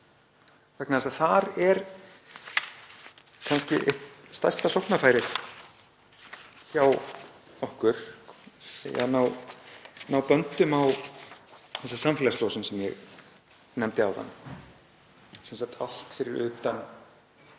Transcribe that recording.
vegna þess að þar er kannski stærsta sóknarfærið hjá okkur til að koma böndum á þessa samfélagslosun sem ég nefndi áðan, sem sagt allt fyrir utan